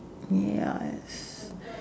ya S